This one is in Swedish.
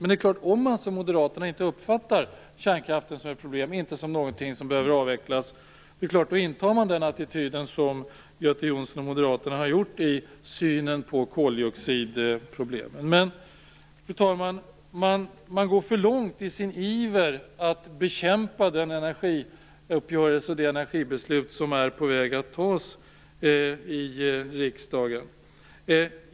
Men om man, som Moderaterna, inte uppfattar kärnkraften som ett problem och som skall avvecklas, då intar man den attityd som Göte Jonsson hos Moderaterna har gjort i synen på problemen med koldioxid. Men, fru talman, man går för långt i sin iver att bekämpa det energibeslut som är på väg att fattas i riksdagen.